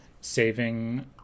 saving